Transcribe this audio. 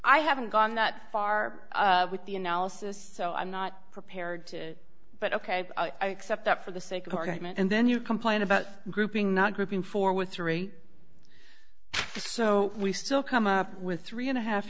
i haven't gone that far with the analysis so i'm not prepared to but ok i accept that for the sake of argument and then you complain about grouping not grouping four with three so we still come up with three and a half